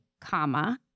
comma